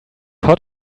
hot